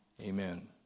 Amen